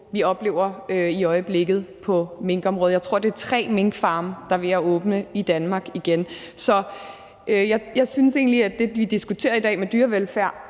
vi oplever i øjeblikket på minkområdet. Jeg tror, det er tre minkfarme, der er ved at åbne i Danmark igen. Så jeg synes egentlig, at det, vi diskuterer i dag med dyrevelfærd,